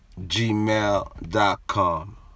Gmail.com